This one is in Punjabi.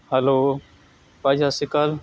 ਹੈਲੋ ਭਾਅ ਜੀ ਸਤਿ ਸ਼੍ਰੀ ਅਕਾਲ